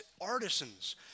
artisans